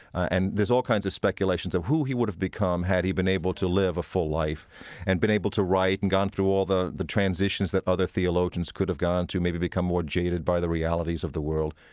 and there's all kinds of speculations of who he would have become had he been able to live a full life and been able to write and gone through all the the transitions that other theologians could have gone through, maybe become more jaded by the realities of the world.